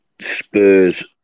Spurs